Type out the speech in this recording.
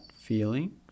feeling